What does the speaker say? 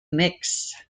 mix